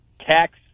tax